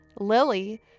Lily